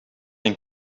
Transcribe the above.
een